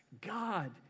God